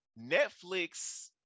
Netflix